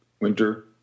winter